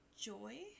Joy